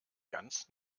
ganz